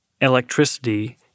electricity